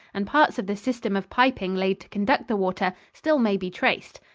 and parts of the system of piping laid to conduct the water still may be traced.